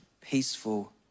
peaceful